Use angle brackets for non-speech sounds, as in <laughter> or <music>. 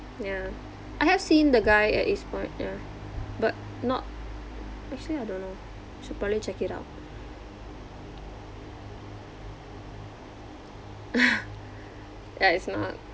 ya I have seen the guy at east point ya but not actually I don't know should probably check it out <noise> ya it's not